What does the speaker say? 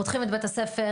פותחים את בית הספר,